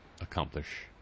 accomplish